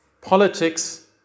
Politics